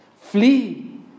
flee